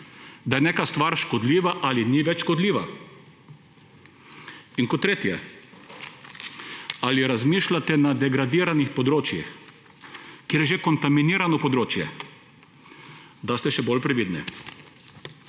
da je neka stvar škodljiva ali ni več škodljiva?« In kot tretje: »Ali razmišljate, da na degradiranih področjih, kjer je že kontaminirano področje, da ste še bolj previdni?«